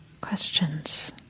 Questions